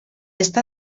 està